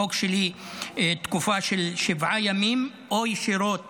בחוק שלי בתקופה של שבעה ימים, או ישירות